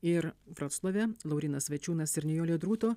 ir vroclave laurynas vaičiūnas ir nijolė drūto